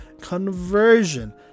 conversion